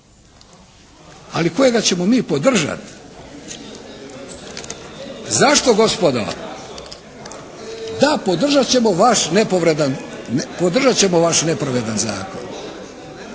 ali kojega ćemo mi podržati. Zašto gospodo? Da, podržat ćemo vaš nepravedan zakon